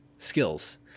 skills